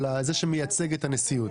לזה שמייצג את הנשיאות.